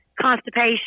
constipation